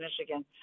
Michigan